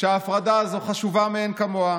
שההפרדה הזו חשובה מאין כמוה.